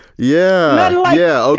yeah. yeah.